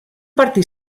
partit